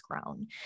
grown